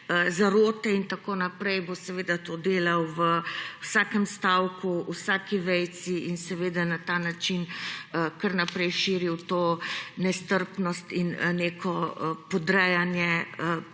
zarote in tako naprej, bo seveda to delal v vsakem stavku, v vsaki vejici in seveda na ta način kar naprej širil to nestrpnost in neko podrejanje politiki